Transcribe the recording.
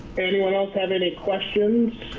anyone else have any questions?